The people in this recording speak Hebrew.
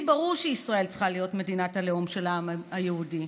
לי ברור שישראל צריכה להיות מדינת הלאום של העם היהודי,